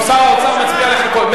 האוצר מציע לחכות.